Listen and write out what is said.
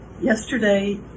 yesterday